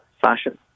fashion